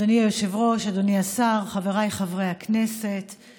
אדוני היושב-ראש, אדוני השר, חבריי חברי הכנסת,